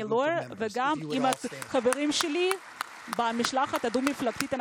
עם חברי הטוב סטני הויר ועם חבריי במשלחת הדו-מפלגתית,